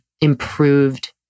improved